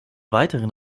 weiteren